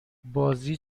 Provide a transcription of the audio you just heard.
بازی